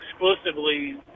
exclusively